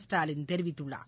ஸ்டாலின் தெரிவித்துள்ளார்